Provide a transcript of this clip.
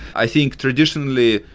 i think, traditionally,